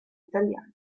italiana